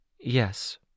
Yes